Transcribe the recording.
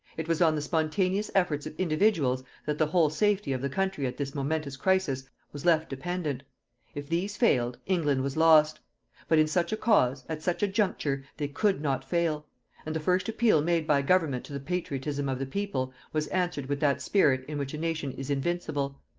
it was on the spontaneous efforts of individuals that the whole safety of the country at this momentous crisis was left dependent if these failed, england was lost but in such a cause, at such a juncture, they could not fail and the first appeal made by government to the patriotism of the people was answered with that spirit in which a nation is invincible.